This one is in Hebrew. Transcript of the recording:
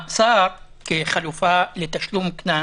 מאסר כחלופה לתשלום קנס